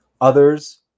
Others